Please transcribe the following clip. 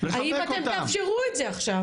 האם אתם תאפשרו את זה עכשיו?